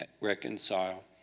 reconcile